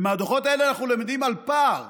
מהדוחות האלה אנחנו למדים על פער